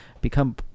become